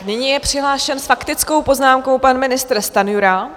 Nyní je přihlášen s faktickou poznámkou pan ministr Stanjura.